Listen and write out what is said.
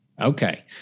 Okay